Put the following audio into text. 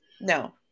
No